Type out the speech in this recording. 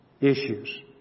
issues